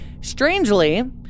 Strangely